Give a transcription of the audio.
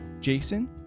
jason